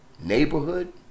neighborhood